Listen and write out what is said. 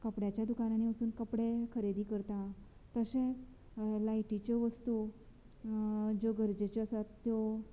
कपड्याच्या दुकानार वचून कपडे खरेदी करता तशेंच लायटीच्यो वस्तू ज्यो गरजेच्यो आसात त्यो